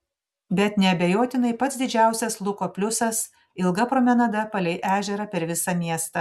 bet neabejotinai pats didžiausias luko pliusas ilga promenada palei ežerą per visą miestą